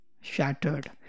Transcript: shattered